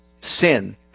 sin